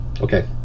Okay